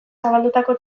zabaldutako